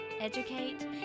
educate